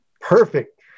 perfect